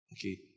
Okay